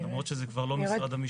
למרות שזה כבר לא משרד המשטרה.